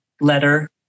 letter